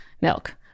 milk